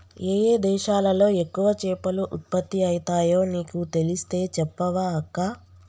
ఏయే దేశాలలో ఎక్కువ చేపలు ఉత్పత్తి అయితాయో నీకు తెలిస్తే చెప్పవ అక్కా